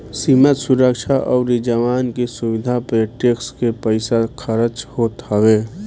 सीमा सुरक्षा अउरी जवान की सुविधा पे टेक्स के पईसा खरच होत हवे